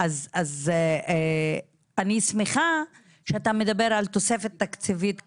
אז אני שמחה שאתה מדבר על תוספת תקציבית כאילו,